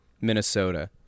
Minnesota